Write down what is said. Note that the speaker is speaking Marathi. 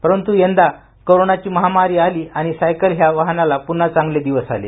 परंतु यंदामध्ये कोरोनाची महामारी आली आणि सायकल ह्या वाहनाला पुन्हा चांगले दिवस आले